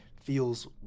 feels